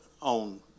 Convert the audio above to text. on